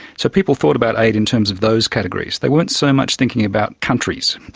so people thought about aid in terms of those categories. they weren't so much thinking about countries,